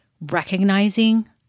recognizing